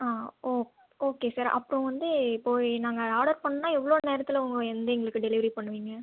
ஆ ஓ okay sir அப்புறோம் வந்து இப்போ நாங்கள் ஆடர் பண்ணால் எவ்வளோ நேரத்தில் வந்து எங்களுக்கு டெலிவரி பண்ணுவீங்கள்